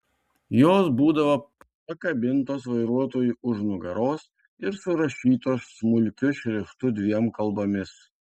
jos būdavo pakabintos vairuotojui už nugaros ir surašytos smulkiu šriftu dviem kalbomis